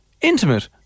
intimate